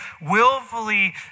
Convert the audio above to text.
willfully